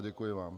Děkuji vám.